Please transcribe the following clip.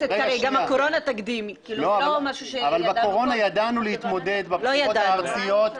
אבל בקורונה ידענו להתמודד בבחירות הארציות.